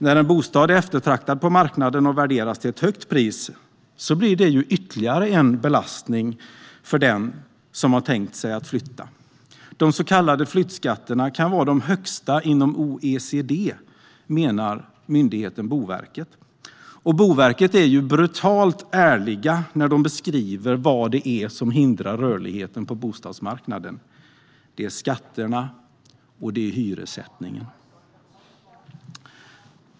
När en bostad är eftertraktad på marknaden och värderas till ett högt pris blir det ytterligare en belastning för den som ska flytta ut. De så kallade flyttskatterna kan vara de högsta inom OECD, menar myndigheten Boverket. Boverket är brutalt ärligt i sin beskrivning av vad det är som hindrar rörligheten på bostadsmarknaden: Det är skatterna och hyressättningen.